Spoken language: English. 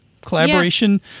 Collaboration